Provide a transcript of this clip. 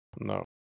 No